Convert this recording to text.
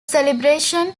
celebration